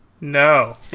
No